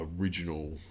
original